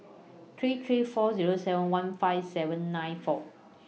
three three four Zero seven one five seven nine four